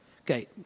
Okay